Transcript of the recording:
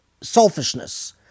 selfishness